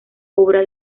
obra